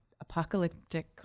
Apocalyptic